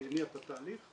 היא הניעה את התהליך,